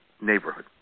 neighborhood